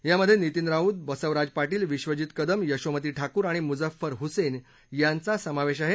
यामध्ये नितीन राऊत बसवराज पाटील विबजित कदम यशोमती ठाकूर आणि मुझ्झफर हुसेन यांचा समावेश आहे